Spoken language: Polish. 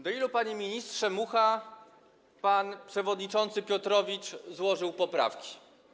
Do ilu, panie ministrze Mucha, pan przewodniczący Piotrowicz złożył poprawki?